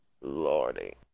Lordy